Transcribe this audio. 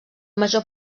major